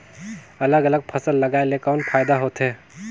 अलग अलग फसल लगाय ले कौन फायदा होथे?